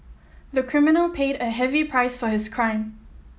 the criminal paid a heavy price for his crime